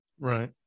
Right